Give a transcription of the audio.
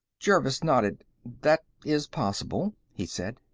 jervis nodded. that is possible, he said.